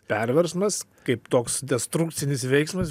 perversmas kaip toks destrukcinis veiksmas